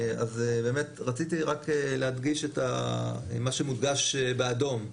רציתי רק להדגיש את מה שמודגש באדום,